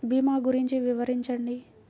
భీమా గురించి వివరించండి?